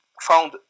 found